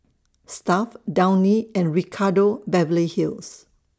Stuff'd Downy and Ricardo Beverly Hills